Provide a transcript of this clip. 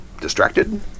Distracted